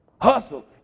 hustle